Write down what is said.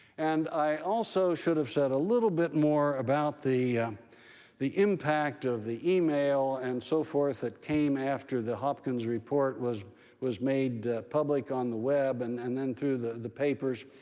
and i also should have said a little bit more about the the impact of the email and so forth that came after the hopkins report was was made public on the web and and then through the the papers.